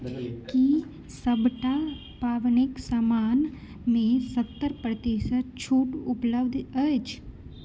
कि सभटा पाबनिक समान मे सत्तर प्रतिशत छूट उपलब्ध अछि